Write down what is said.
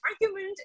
argument